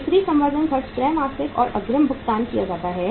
बिक्री संवर्धन खर्च त्रैमासिक और अग्रिम भुगतान किया जाता है